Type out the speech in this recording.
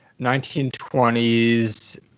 1920s